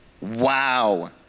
Wow